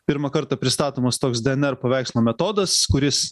pirmą kartą pristatomas toks dnr paveikslo metodas kuris